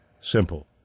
simple